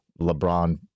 LeBron